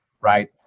right